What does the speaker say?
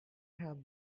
have